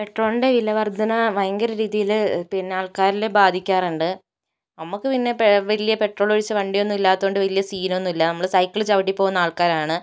പെട്രോളിൻ്റെ വില വർദ്ധന ഭയങ്കര രീതിയിൽ പിന്നെ ആൾക്കാരിൽ ബാധിക്കാറുണ്ട് നമുക്ക് പിന്നെ പെ വലിയ പെട്രോൾ ഒഴിച്ച് വണ്ടി ഒന്നുമില്ലാത്തതുകൊണ്ട് വലിയ സീൻ ഒന്നുമില്ല നമ്മൾ സൈക്കിൾ ചവിട്ടി പോകുന്ന ആൾക്കാരാണ്